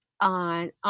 on